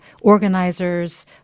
organizers